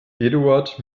eduard